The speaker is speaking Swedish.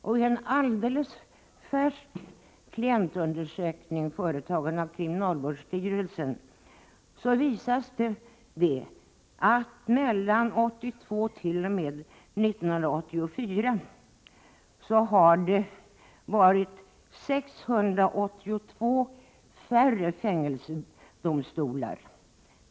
I en alldeles färsk klientundersökning, företagen av kriminalvårdsstyrelsen, visas att antalet fängelsedomar från år 1982 till år 1984 har minskat med 682.